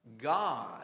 God